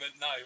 no